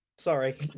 Sorry